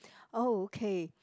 oh K